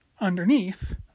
underneath